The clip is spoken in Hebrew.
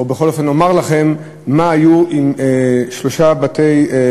או בכל אופן לומר לכם מה היו שלושת בתי-הכנסת